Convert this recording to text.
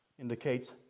indicates